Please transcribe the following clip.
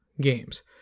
games